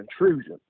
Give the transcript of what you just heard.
intrusion